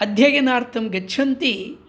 अध्ययनार्थं गच्छन्ति